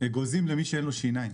אגוזים למי שאין לו שיניים.